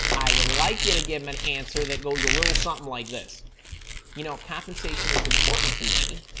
i would like you to give them an answer that goes a little something like this you know compensation is important to me,